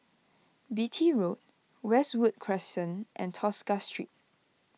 Beatty Road Westwood Crescent and Tosca Street